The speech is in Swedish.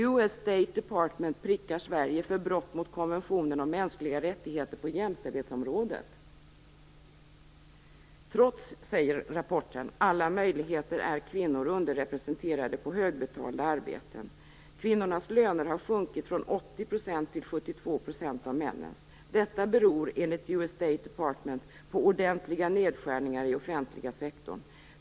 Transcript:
US State Department prickar Sverige för brott mot konventionen om mänskliga rättigheter på jämställdhetsområdet. Trots alla möjligheter, säger rapporten, är kvinnor underrepresenterade på högbetalda arbeten. Kvinnornas löner har sjunkit från 80 % till 72 % av männens. Detta beror, enligt US State Department, på ordentliga nedskärningar i den offentliga sektorn.